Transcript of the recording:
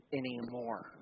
anymore